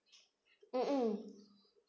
mmhmm